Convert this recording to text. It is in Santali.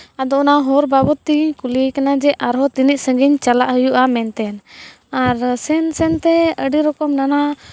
ᱟᱫᱚ ᱚᱱᱟ ᱦᱚᱨ ᱵᱟᱵᱚᱫ ᱛᱮ ᱠᱩᱞᱤᱭᱮ ᱠᱟᱱᱟ ᱠᱤ ᱟᱨᱦᱚᱸ ᱛᱤᱱᱟᱹᱜ ᱥᱟᱺᱜᱤᱧ ᱪᱟᱞᱟᱜ ᱦᱩᱭᱩᱜᱼᱟ ᱢᱮᱱᱛᱮ ᱟᱨ ᱥᱮᱱ ᱥᱮᱱ ᱛᱮ ᱟᱹᱰᱤ ᱨᱚᱠᱚᱢ ᱱᱟᱱᱟ